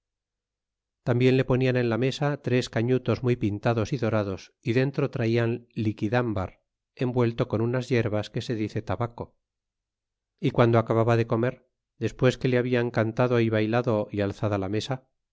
tambien le ponian en la mesa tres cañutos muy pintados y dorados y dentro traian liquidambar revuelto con unas yerbas que se dice tabaco y guando acababa de comer despues que le habitan cantado y bay'lado y alzada la mesa